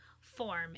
form